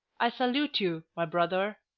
i salute you, my brother.